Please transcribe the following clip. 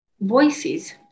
voices